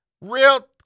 real